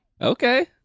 Okay